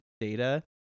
data